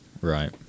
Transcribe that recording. right